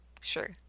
sure